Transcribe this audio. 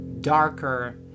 darker